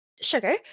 sugar